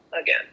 again